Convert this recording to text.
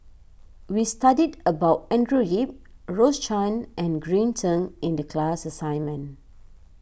we studied about Andrew Yip Rose Chan and Green Zeng in the class assignment